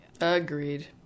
agreed